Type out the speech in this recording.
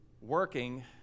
working